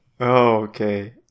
Okay